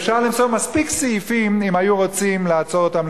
אפשר למצוא מספיק סעיפים אם היו רוצים לעצור אותם,